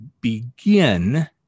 begin